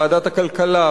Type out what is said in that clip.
ועדת הכלכלה,